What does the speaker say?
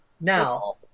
now